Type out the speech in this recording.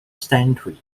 century